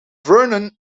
vernon